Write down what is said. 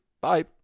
Bye